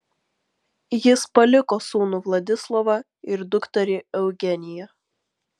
jis paliko sūnų vladislovą ir dukterį eugeniją